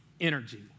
energy